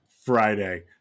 Friday